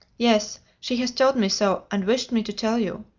yes, she has told me so, and wished me to tell you.